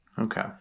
okay